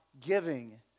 giving